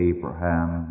Abraham